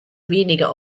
weniger